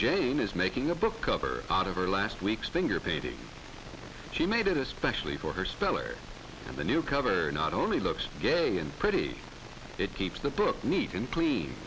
jane is making a book cover out of her last weeks thing or painting she made especially for her speller and the new cover not only looks gay and pretty it keeps the book neat and